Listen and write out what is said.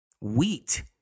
Wheat